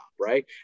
right